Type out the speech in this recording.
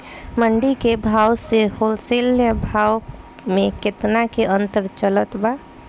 मंडी के भाव से होलसेल भाव मे केतना के अंतर चलत बा?